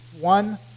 One